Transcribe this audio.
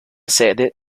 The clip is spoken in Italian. sede